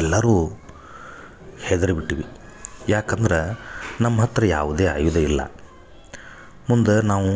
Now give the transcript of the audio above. ಎಲ್ಲರೂ ಹೆದರಿಬಿಟ್ಟಿವಿ ಯಾಕಂದ್ರೆ ನಮ್ಮ ಹತ್ರ ಯಾವುದೇ ಆಯುಧ ಇಲ್ಲ ಮುಂದ ನಾವು